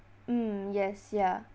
mm yes ya